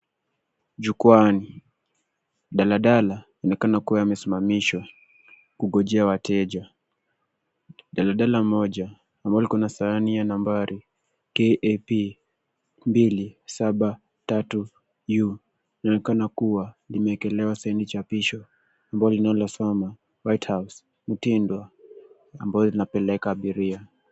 Jukwaani, daladala inaonekana kuwa imesimamishwa kungojea wateja. Daladala moja ambalo liko na sahani ya nambari KAP 273U linaonekana kuwa limewekelewa chapisho ambalo linalosoma White House, Mtindwa, ambalo linapeleka abiria.